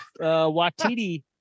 Watiti